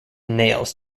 nails